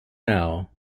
now